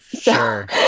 Sure